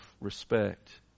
respect